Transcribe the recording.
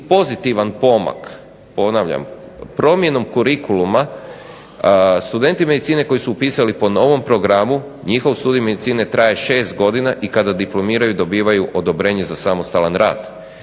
pozitivan pomak ponavljam promjenom kurikuluma studenti medicine koji su upisali po novom programu njihov studij medicine traje šest godina i kada diplomiraju dobivaju odobrenje za samostalan rad.